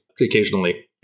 occasionally